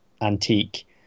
antique